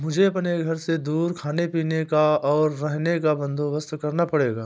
मुझे अपने घर से दूर खाने पीने का, और रहने का बंदोबस्त करना पड़ेगा